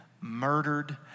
Murdered